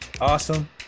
Awesome